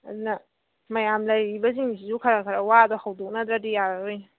ꯑꯗꯨꯅ ꯃꯌꯥꯝ ꯂꯩꯔꯤꯕꯁꯤꯡꯁꯤꯁꯨ ꯈꯔ ꯈꯔ ꯋꯥꯗꯣ ꯍꯧꯗꯣꯛꯅꯗ꯭ꯔꯗꯤ ꯌꯥꯔꯔꯣꯏ